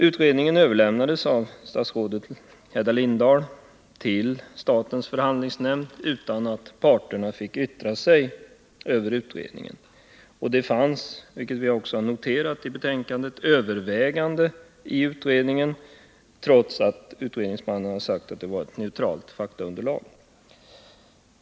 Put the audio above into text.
Utredningen överlämnades av statsrådet Hedda Lindahl till statens förhandlingsnämnd utan att parterna fick yttra sig över utredningen. Och det fanns, vilket vi noterat i betänkandet, överväganden i utredningen, trots att utredningsmannen sagt att det var ett neutralt faktaunderlag.